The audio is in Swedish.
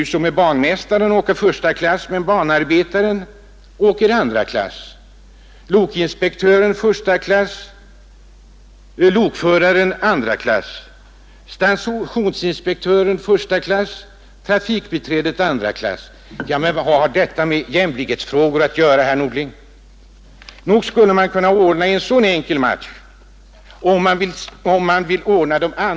Banmästaren åker första klass men banarbetaren åker andra klass. Lokinspektören åker första klass, men lokföraren åker andra klass, stationsinspektören första klass, trafikbiträdet andra klass. Vad har allt detta med de stora jämlikhetsfrågorna att göra, herr Norling? Nog måste man kunna ordna en så enkel match.